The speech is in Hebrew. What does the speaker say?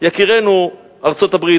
יקירינו ארצות-הברית,